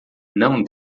não